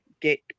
get